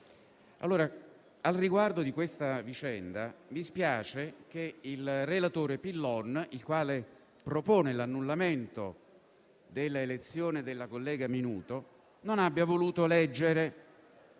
Presidente, riguardo a questa vicenda, mi spiace che il relatore Pillon, che propone l'annullamento dell'elezione della collega Minuto, non abbia voluto leggere